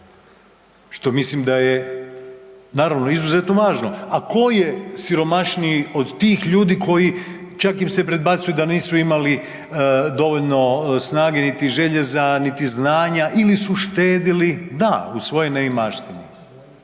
što mislim da je naravno izuzetno važno, a tko je siromašniji od tih ljudi koji, čak im se predbacuje da nisu imali dovoljno snage niti želje za, niti znanja, ili su štedili, da u svojoj neimaštini,